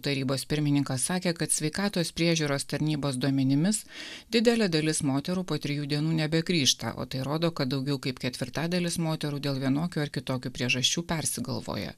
tarybos pirmininkas sakė kad sveikatos priežiūros tarnybos duomenimis didelė dalis moterų po trijų dienų nebegrįžta o tai rodo kad daugiau kaip ketvirtadalis moterų dėl vienokių ar kitokių priežasčių persigalvoja